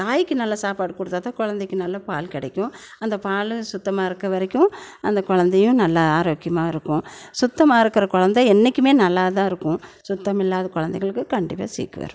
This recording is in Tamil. தாயிக்கு நல்ல சாப்பாடு கொடுத்தாதான் குழந்தைக்கி நல்ல பால் கிடைக்கும் அந்த பாலும் சுத்தமாக இருக்கற வரைக்கும் அந்த குழந்தையும் நல்ல ஆரோக்கியமாக இருக்கும் சுத்தமாக இருக்கிற குழந்த என்றைக்குமே நல்லாதான் இருக்கும் சுத்தமில்லாத குழந்தைங்களுக்கு கண்டிப்பாக சீக்கு வரும்